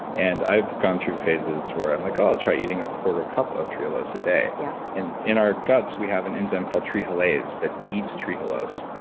and i've gone through phases where i'm like, oh, i'll try eating a quarter cup of trehalose a day. yeah and in our guts we have an enzyme called trehalase that eats trehalose.